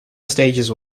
stages